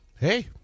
Hey